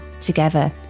together